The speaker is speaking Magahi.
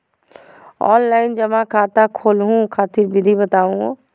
ऑनलाइन जमा खाता खोलहु खातिर विधि बताहु हो?